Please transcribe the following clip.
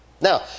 Now